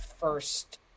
first